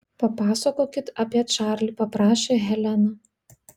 papasakokit apie čarlį paprašė helena